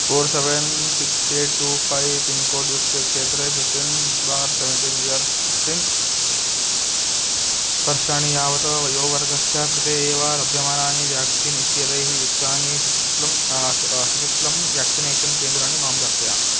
four seven six eight two five पिन्कोड्युक्ते क्षेत्रे fifteen बार् सेवेन्टीन् इयर्स् फ़िफ़्टीन् वर्षाणि यावत् वयोवर्गस्य कृते एव लभ्यमानानि व्याक्सीन् इत्येतैः युक्तानि सुक्शुक्लं स सशुल्कं व्याक्सिनेषन् केन्द्राणि मां दर्शय